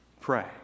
pray